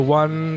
one